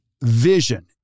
vision